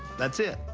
that's it.